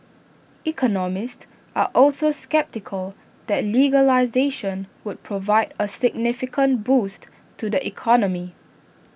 economists are also sceptical that legislation would provide A significant boost to the economy